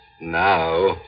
now